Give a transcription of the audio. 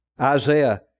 Isaiah